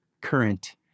current